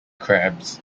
crabs